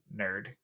nerd